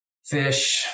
fish